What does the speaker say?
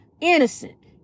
innocent